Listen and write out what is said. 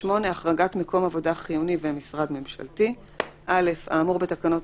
החרגת מקום עבודה חיוני ומשרד ממשלתי 8. האמור בתקנות